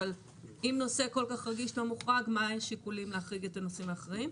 אבל אם נושא כל כך רגיש כן מוחרג מה השיקולים להחריג את הנושאים האחרים?